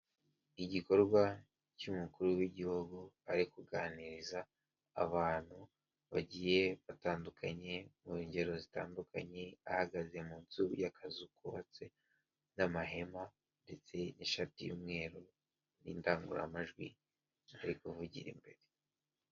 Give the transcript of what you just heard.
Igikorwa cy'umukuru w'igihugu ari kuganiriza abantu bagiye batandukanye mu ngero zitandukanye ahagaze nzu y'akazu kubatse n'amahema ndetse n'ishati y'umweru n'indangururamajwi ari kuvugira imbere